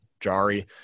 Jari